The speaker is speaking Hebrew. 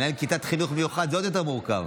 לנהל כיתת חינוך מיוחד זה עוד יותר מורכב.